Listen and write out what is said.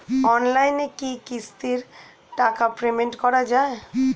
অনলাইনে কি কিস্তির টাকা পেমেন্ট করা যায়?